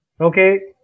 okay